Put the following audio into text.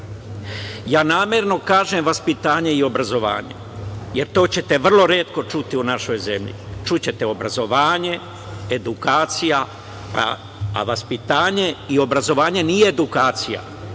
zemlji. Namerno kažem vaspitanje i obrazovanje, jer to ćete vrlo retko čuti u našoj zemlji, čućete – obrazovanje, edukacija, a vaspitanje i obrazovanje nije edukacija.